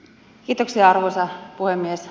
kiitoksia arvoisa puhemies